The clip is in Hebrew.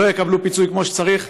לא יקבלו פיצוי כמו שצריך.